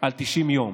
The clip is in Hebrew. על 90 יום,